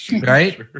right